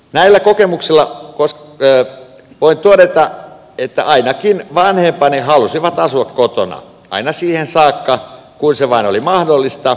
näillä kokemuksilla voin todeta että ainakin vanhempani halusivat asua kotona aina siihen saakka kuin se vain oli mahdollista